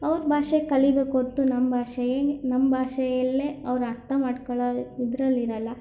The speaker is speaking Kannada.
ಅವ್ರ ಭಾಷೆ ಕಲೀಬೇಕೇ ಹೊರತು ನಮ್ಮ ಭಾಷೇಯೇ ನಮ್ಮ ಭಾಷೆಯಲ್ಲೇ ಅವ್ರು ಅರ್ಥ ಮಾಡ್ಕೊಳ ಇದ್ರಲ್ಲಿ ಇರೋಲ್ಲ